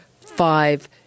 five